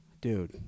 Dude